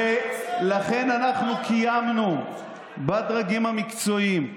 ולכן אנחנו קיימנו בדרגים המקצועיים,